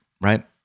right